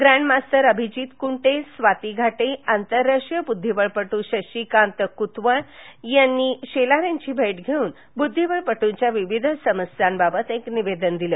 grandmaster Abhijit Kunte Swati Ghate आंतरराष्ट्रीय बुद्धिबळपट् शशिकांत कुतवळ यांनी शेलार यांची भेट घेऊन बुद्धिबळपट्टंच्या विविध समस्यांबाबत एक निवेदन दिलं